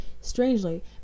strangely